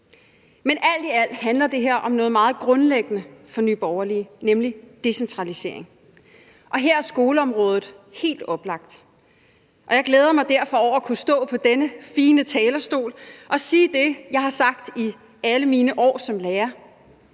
Men alt i alt handler det her om noget meget grundlæggende for Nye Borgerlige, nemlig decentralisering, og her er skoleområdet helt oplagt. Jeg glæder mig derfor over at kunne stå på denne fine talerstol og sige det, som jeg har sagt i alle mine år som lærer: